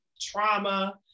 trauma